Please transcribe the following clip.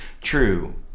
true